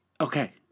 Okay